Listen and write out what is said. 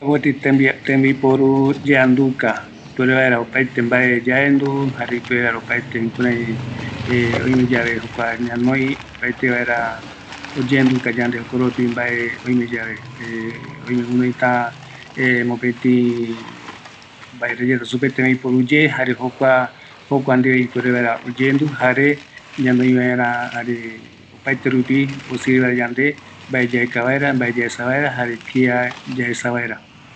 Tembiporu yeanduka, jae opaete guinoi kua tembiporu reta, öime öke re oïva, öime gueru opaete tembiporureta, jukuraï yaenduvaera